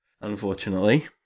unfortunately